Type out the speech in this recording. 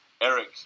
Eric